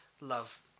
love